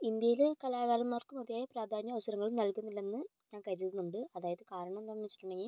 ഇന്ത്യയിൽ കലാകാരന്മാർക്കും അതേ പ്രാധാന്യവും അവസരങ്ങളും നൽകുന്നില്ലെന്നു ഞാൻ കരുതുന്നുണ്ട് അതായത് കാരണം എന്താണെന്ന് വെച്ചിട്ടുണ്ടെങ്കിൽ